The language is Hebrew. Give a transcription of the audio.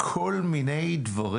כל מיני דברים.